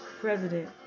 president